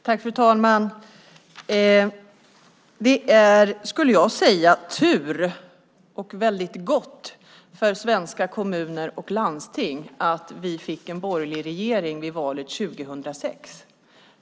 Fru talman! Det är, skulle jag vilja säga, tur och mycket bra för svenska kommuner och landsting att Sverige fick en borgerlig regering vid valet 2006.